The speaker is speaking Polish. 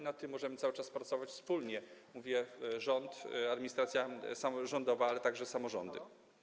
Nad tym możemy cały czas pracować wspólnie - rząd, administracja rządowa, ale także samorządy.